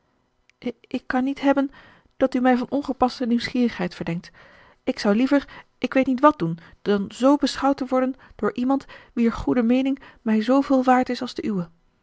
ik kan niet hebben dat u mij van ongepaste nieuwsgierigheid verdenkt ik zou liever ik weet niet wat doen dan z beschouwd te worden door iemand wier goede meening mij zooveel waard is als de